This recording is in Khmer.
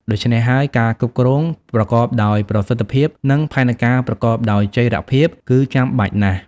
ដូច្នេះហើយ ការគ្រប់គ្រង ប្រកបដោយប្រសិទ្ធភាព និង ផែនការប្រកបដោយចីរភាព គឺចាំបាច់ណាស់។